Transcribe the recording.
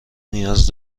نیاز